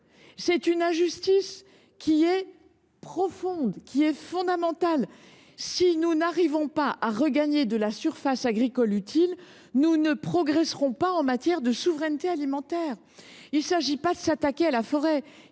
C’est une injustice profonde, fondamentale ! Eh oui ! Si nous n’arrivons pas à regagner de la surface agricole utile, nous ne progresserons pas en matière de souveraineté alimentaire. Il ne s’agit pas de s’attaquer à la forêt.